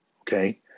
okay